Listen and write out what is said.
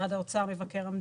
משרד האוצר, מבקר המדינה,